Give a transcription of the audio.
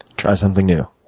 try something new.